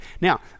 Now